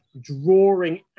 drawing